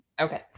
Okay